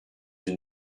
une